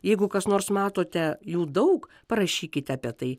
jeigu kas nors matote jų daug parašykite apie tai